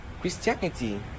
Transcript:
christianity